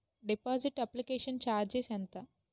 Deposit application charges ఎంత?